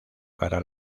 para